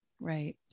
Right